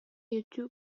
youtube